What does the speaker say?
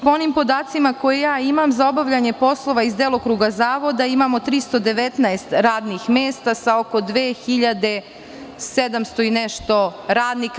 Po onim podacima koje ima, za obavljanje poslova iz delokruga zavoda imamo 319 radnih mesta sa oko 2700 i nešto radnika.